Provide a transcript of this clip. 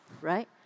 right